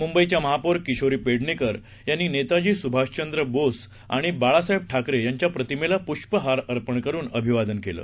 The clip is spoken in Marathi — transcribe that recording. मुंबईच्यामहापौरकिशोरीपेडणेकरयांनीनेताजीसुभाषचंद्रबोसआणिबाळासाहेबठाकरेयांच्याप्रतिमेलापुष्पहारअर्पणकरूनअभिवादन केलं